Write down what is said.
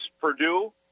Purdue